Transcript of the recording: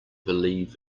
believe